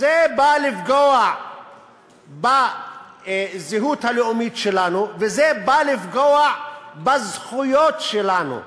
זה בא לפגוע בזהות הלאומית שלנו וזה בא לפגוע בזכויות שלנו.